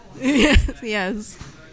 Yes